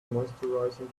moisturising